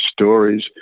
stories